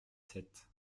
sept